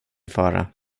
fara